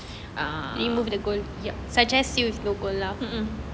uh ya mmhmm